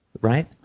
right